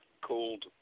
called